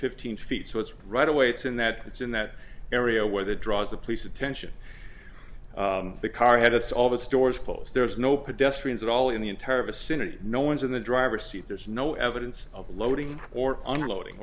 fifteen feet so it's right away it's in that it's in that area where the draws the police attention the car had it's all the stores close there's no pedestrians at all in the entire vicinity no one's in the driver's seat there's no evidence of loading or unloading